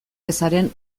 ezaren